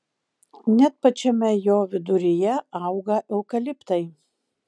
net pačiame jo viduryje auga eukaliptai